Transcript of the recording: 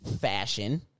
Fashion